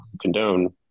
condone